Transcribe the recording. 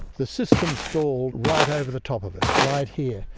the system stalled right over the top of us, right here,